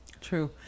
True